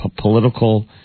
political